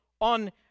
on